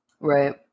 Right